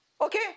Okay